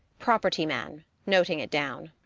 property man noting it down.